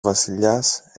βασιλιάς